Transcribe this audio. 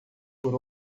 por